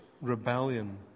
rebellion